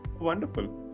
wonderful